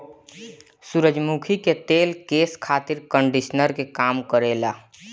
सूरजमुखी के तेल केस खातिर कंडिशनर के काम करेला